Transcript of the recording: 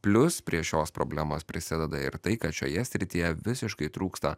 plius prie šios problemos prisideda ir tai kad šioje srityje visiškai trūksta